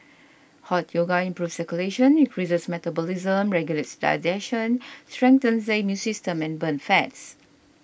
Hot Yoga improves circulation increases metabolism regulates digestion strengthens the immune system and burns fats